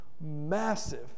massive